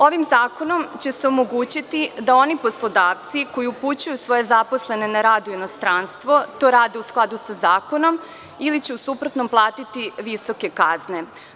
Ovim zakonom će se omogućiti da oni poslodavci koji upućuju svoje zaposlene na rad u inostranstvo to rade u skladu sa zakonom, ili će u suprotnom platiti visoke kazne.